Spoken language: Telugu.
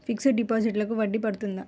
ఫిక్సడ్ డిపాజిట్లకు వడ్డీ పడుతుందా?